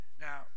Now